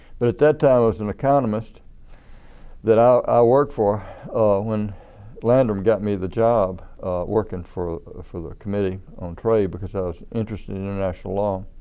but at that time there was an economist that i worked for when landrum got me the job working for for the committee on trade because i was interested in international law.